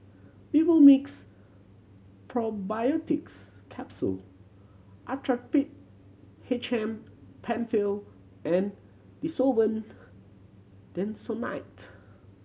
Vivomixx Probiotics Capsule Actrapid H M Penfill and Desowen Desonide